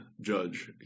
Judge